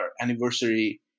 anniversary